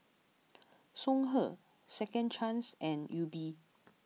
Songhe Second Chance and Yupi